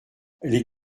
les